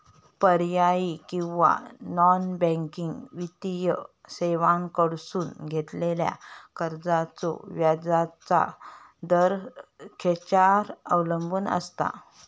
पर्यायी किंवा non banking वित्तीय सेवांकडसून घेतलेल्या कर्जाचो व्याजाचा दर खेच्यार अवलंबून आसता?